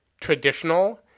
traditional